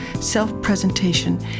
self-presentation